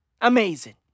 Amazing